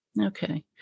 Okay